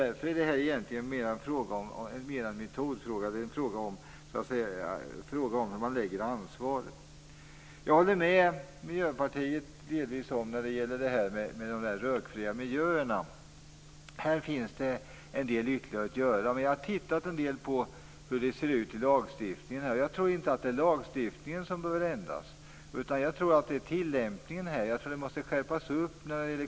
Därför är detta mera en metodfråga, en fråga om hur man fördelar ansvaret. Jag håller delvis med Miljöpartiet när det gäller de rökfria miljöerna. Här finns det en del ytterligare att göra. Men jag tror inte att det är lagstiftningen som behöver ändras, utan jag tror att tillämpningen behöver skärpas upp.